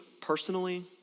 personally